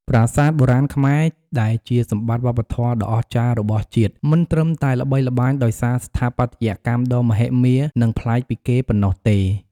ប្រាសាទបុរាណខ្មែរ ដែលជាសម្បត្តិវប្បធម៌ដ៏អស្ចារ្យរបស់ជាតិ មិនត្រឹមតែល្បីល្បាញដោយសារស្ថាបត្យកម្មដ៏មហិមា និងប្លែកពីគេប៉ុណ្ណោះទេ។